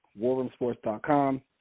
warroomsports.com